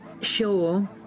sure